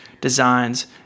designs